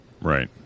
Right